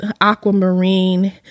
aquamarine